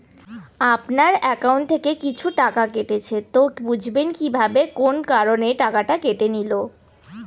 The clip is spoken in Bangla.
আপনার একাউন্ট থেকে কিছু টাকা কেটেছে তো বুঝবেন কিভাবে কোন কারণে টাকাটা কেটে নিল?